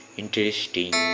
interesting